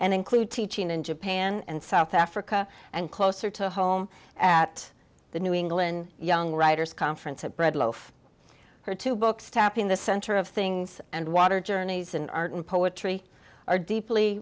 and include teaching in japan and south africa and closer to home at the new england young writers conference of bread loaf her two books topping the center of things and water journeys an art and poetry are deeply